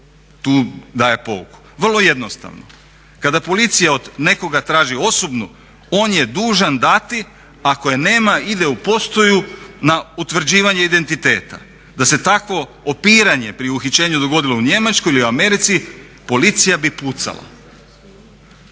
tu daje pouku. Vrlo jednostavno, kada policija od nekoga traži osobnu on je dužan dati, ako je nema ide u postaju na utvrđivanje identiteta, da se takvo opiranje pri uhićenju dogodilo u Njemačkoj ili Americi policija bi pucala.